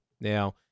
Now